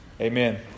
Amen